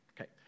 Okay